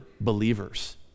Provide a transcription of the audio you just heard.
believers